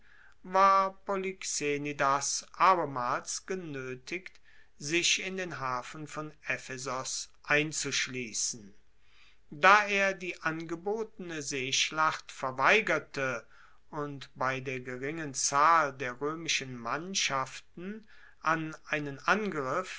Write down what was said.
polyxenidas abermals genoetigt sich in den hafen von ephesos einzuschliessen da er die angebotene seeschlacht verweigerte und bei der geringen zahl der roemischen mannschaften an einen angriff